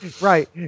Right